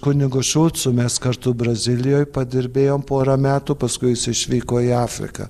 kunigu šulcu mes kartu brazilijoj padirbėjom porą metų paskui jis išvyko į afriką